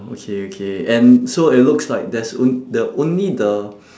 okay okay and so it looks like there's on~ the only the